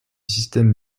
système